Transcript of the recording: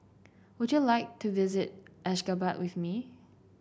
would you like to visit Ashgabat with me